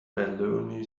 baloney